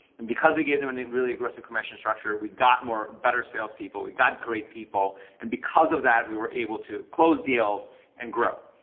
and because we gave them and a really aggressive commission structure, we got more better salespeople. we got great people. and because of that, we were able to close deals and grow.